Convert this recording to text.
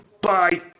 bye